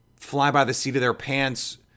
fly-by-the-seat-of-their-pants